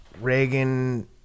Reagan